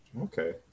Okay